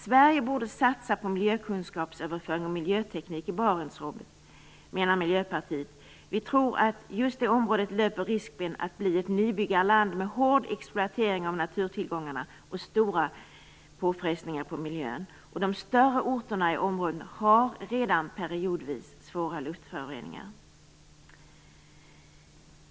Sverige borde satsa på miljökunskapsöverföring och miljöteknik i Barentsområdet, menar Miljöpartiet. Vi tror att just det området löper risk att bli ett nybyggarland med hård exploatering av naturtillgångarna och stora påfrestningar på miljön. De större orterna i området har redan periodvis svåra luftföroreningar.